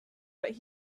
but